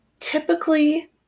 Typically